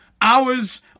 hours